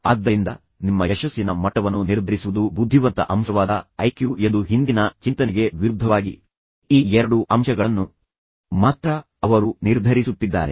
ಆದ್ದರಿಂದ ನಿಮ್ಮ ಯಶಸ್ಸಿನ ಮಟ್ಟವನ್ನು ನಿರ್ಧರಿಸುವುದು ಬುದ್ಧಿವಂತ ಅಂಶವಾದ ಐಕ್ಯೂ ಎಂದು ಹಿಂದಿನ ಚಿಂತನೆಗೆ ವಿರುದ್ಧವಾಗಿ ಈ ಎರಡು ಅಂಶಗಳನ್ನು ಮಾತ್ರ ಅವರು ನಿರ್ಧರಿಸುತ್ತಿದ್ದಾರೆ